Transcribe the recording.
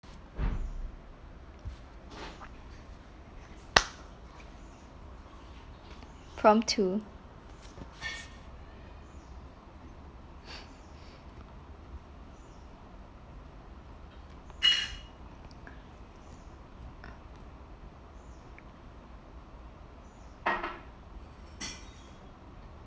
prompt two